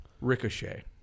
Ricochet